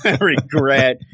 regret